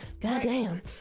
goddamn